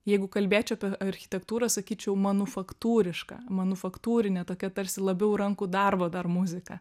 jeigu kalbėčiau apie architektūrą sakyčiau manufaktūriška manufaktūrinė tokia tarsi labiau rankų darbo dar muzika